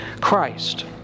Christ